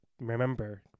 remember